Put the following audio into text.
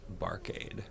Barcade